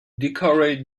decorate